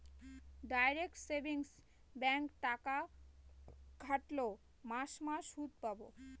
direct savings ব্যাঙ্কে টাকা খাটোল মাস মাস সুদ পাবো